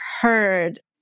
heard